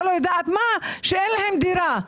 שאין להם דירה,